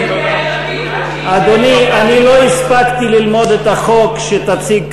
אני דיברתי עם יאיר לפיד,